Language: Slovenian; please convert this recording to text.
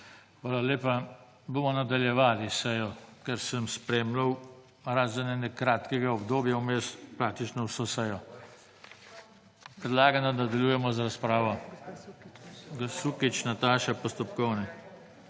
Hvala lepa. Bomo nadaljevali sejo. Ker sem spremljal, razen ene kratkega obdobja vmes, praktično vso sejo. Predlagam, da nadaljujemo z razpravo. Sukič Nataša − postopkovni.